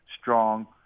strong